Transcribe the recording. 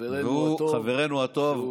חברנו הטוב,